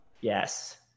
Yes